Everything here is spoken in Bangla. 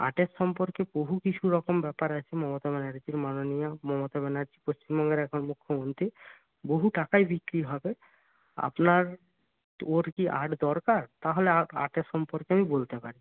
আর্টের সম্পর্কে বহু কিছু রকম ব্যাপার আছে মমতা ব্যানর্জির মাননীয়া মমতা ব্যানার্জি পশ্চিমবঙ্গের এখন মুখ্যমন্ত্রী বহু টাকায় বিক্রি হবে আপনার ওর কি আর্ট দরকার তাহলে আর্টের সম্পর্কে আমি বলতে পারি